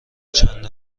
چند